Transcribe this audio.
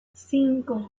cinco